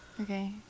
Okay